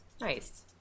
Nice